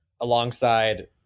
Alongside